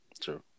True